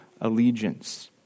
allegiance